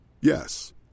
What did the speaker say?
Yes